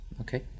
Okay